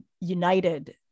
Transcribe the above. united